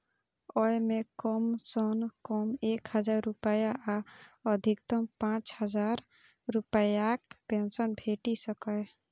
अय मे कम सं कम एक हजार रुपैया आ अधिकतम पांच हजार रुपैयाक पेंशन भेटि सकैए